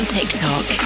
TikTok